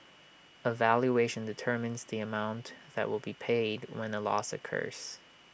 A valuation determines the amount that will be paid when A loss occurs